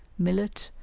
millet,